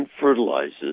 fertilizes